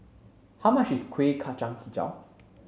how much is Kueh Kacang Hijau